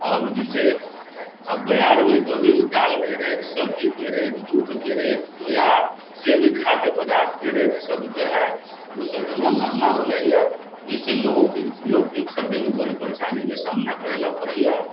अब जइसे अब बाजारमे कभी दालके रेट सब्जीके रेट दूधके रेट या जे भी खाद्य पदार्थके रेट सबजे हइ ओसब तनिका महगा हो जाइए एहिसँ लोकके खरीदैमे बड़ी परेशानीके सामना करैलए पड़ैए